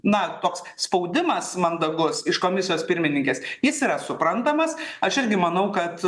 na toks spaudimas mandagus iš komisijos pirmininkės jis yra suprantamas aš irgi manau kad